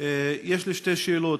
יש לי שתי שאלות.